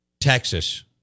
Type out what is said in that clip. Texas